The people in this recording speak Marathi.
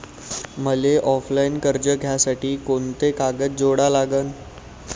मले ऑफलाईन कर्ज घ्यासाठी कोंते कागद जोडा लागन?